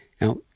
Now